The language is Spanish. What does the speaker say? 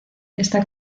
esta